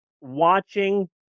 watching